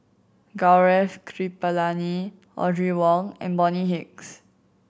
Gaurav Kripalani Audrey Wong and Bonny Hicks